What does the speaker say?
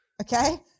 okay